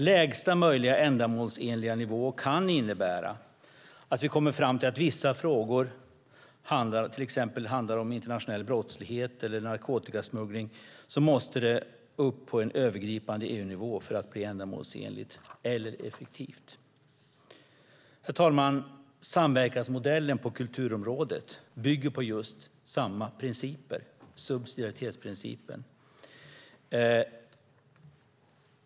Lägsta möjliga ändamålsenliga nivå kan innebära att vi kommer fram till att vissa frågor, till exempel de som handlar om internationell brottslighet eller narkotikasmuggling, måste upp på en övergripande EU-nivå för att bli ändamålsenliga eller effektiva. Herr talman! Samverkansmodellen på kulturområdet bygger på samma principer, just subsidiaritetsprincipen.